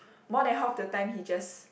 more than half the time he just